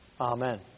Amen